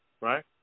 Right